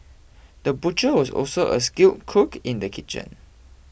the butcher was also a skilled cook in the kitchen